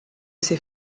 ses